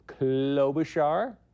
Klobuchar